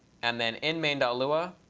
and then in main ah lua